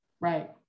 Right